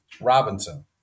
Robinson